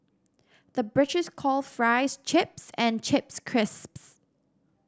the British calls fries chips and chips crisps